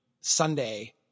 Sunday